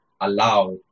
allow